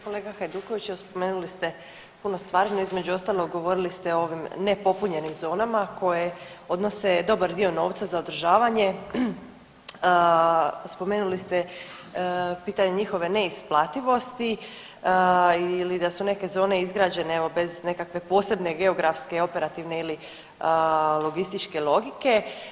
Kolega Hajduković evo spomenuli ste puno stvari no između ostalog govorili ste o ovim nepopunjenim zona koje odnose dobar dio novca za održavanje, spomenuli ste pitanje njihove neisplativosti ili da su neke zone izgrađena evo bez nekakve posebne geografske, operativne ili logističke logike.